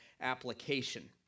application